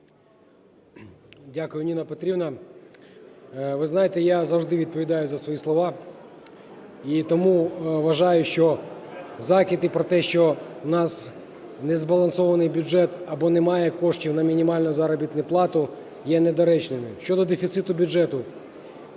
Дякую, Ніна Петрівна. Ви знаєте, я завжди відповідаю за свої слова. І тому вважаю, що закиди про те, що в нас незбалансований бюджет або немає коштів на мінімальну заробітну плату, є недоречними. Щодо дефіциту бюджету.